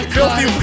Filthy